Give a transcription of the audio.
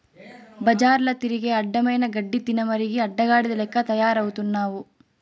బజార్ల తిరిగి అడ్డమైన గడ్డి తినమరిగి అడ్డగాడిద లెక్క తయారవుతున్నావు